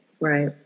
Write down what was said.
Right